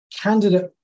candidate